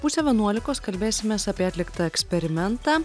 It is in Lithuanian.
pusę vienuolikos kalbėsimės apie atliktą eksperimentą